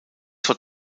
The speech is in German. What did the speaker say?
vor